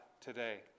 today